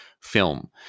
film